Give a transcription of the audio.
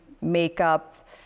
makeup